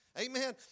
Amen